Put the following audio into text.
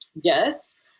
Yes